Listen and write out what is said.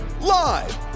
live